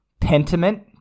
Pentiment